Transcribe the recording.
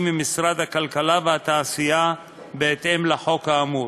ממשרד הכלכלה והתעשייה בהתאם לחוק האמור,